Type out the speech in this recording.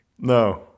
No